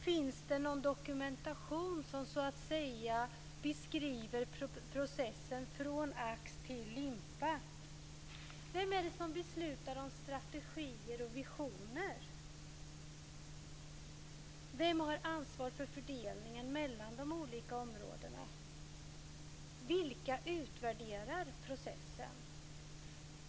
Finns det någon dokumentation som så att säga beskriver processen från ax till limpa? Vem är det som beslutar om strategier och visioner? Vem har ansvar för fördelningen mellan de olika områdena? Vilka utvärderar processen?